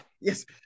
yes